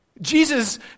Jesus